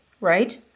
right